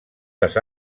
les